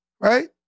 Right